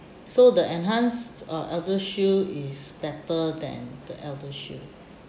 so the enhanced uh ElderShield is better than the ElderShield